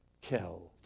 killed